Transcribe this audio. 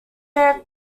air